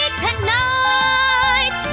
tonight